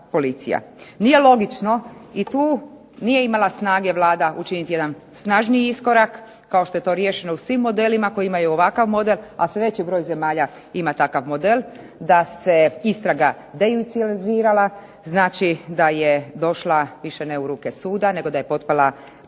Nije logično i tu nije imala snage Vlada učiniti jedan snažniji iskorak kao što je to riješeno u svim modelima koji imaju ovakav model, a sve veći broj zemalja ima takav model da se istraga .../Govornica se ne razumije./... znači da je došla više ne u ruke suda, nego da je potpala pod